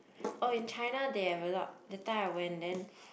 oh in China they have a lot that time I went then